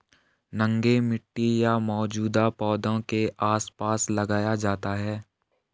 नंगे मिट्टी या मौजूदा पौधों के आसपास लगाया जाता है